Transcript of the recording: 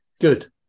Good